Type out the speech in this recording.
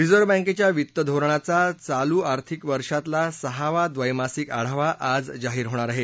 reserve बँकेच्या वित्त धोरणाचा चालू आर्थिक वर्षातला सहावा द्वैमासिक आढावा आज जाहीर होणार आहे